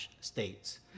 states